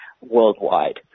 worldwide